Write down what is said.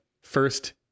first